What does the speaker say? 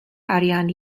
arian